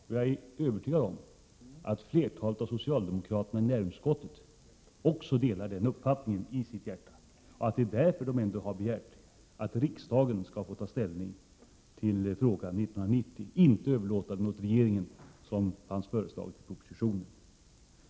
Och jag är övertygad om att flertalet av socialdemokraterna i näringsutskottet också i sitt hjärta delar den uppfattningen — och att det är därför de ändå har begärt att riksdagen skall få ta ställning till frågan 1990, att man inte skall överlåta ställningstagandet till regeringen, som hade föreslagits i propositionen.